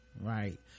right